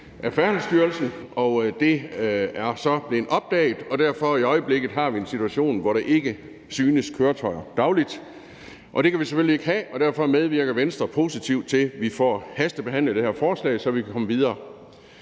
af Færdselsstyrelsen. Den er så blevet opdaget, og derfor har vi i øjeblikket en situation, hvor der ikke synes køretøjer dagligt. Det kan vi selvfølgelig ikke have, og derfor medvirker Venstre positivt til, at vi får hastebehandlet det her forslag, så vi kan komme videre.